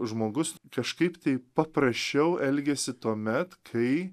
žmogus kažkaip tai paprasčiau elgiasi tuomet kai